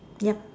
yup